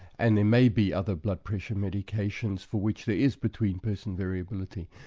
and there may be other blood pressure medications for which there is between-person variability.